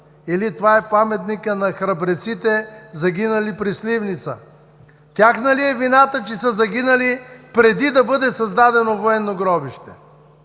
или „Това е паметникът на храбреците, загинали при Сливница.“. Тяхна ли е вината, че са загинали преди да бъде създадено военно гробище?